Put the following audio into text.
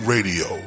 Radio